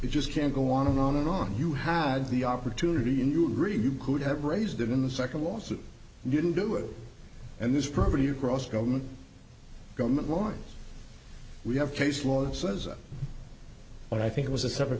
it just can't go on and on and on you had the opportunity and you agree you could have raised it in the second lawsuit didn't do it and this property across government government warns we have case law that says what i think it was a separate